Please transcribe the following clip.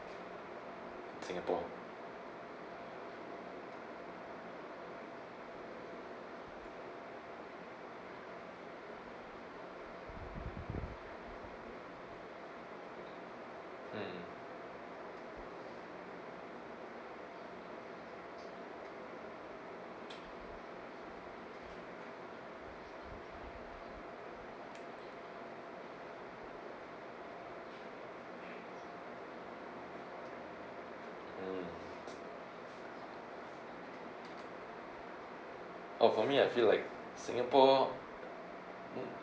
singapore mm mm oh for me I feel like singapore